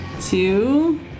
two